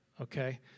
Okay